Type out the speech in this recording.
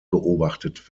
beobachtet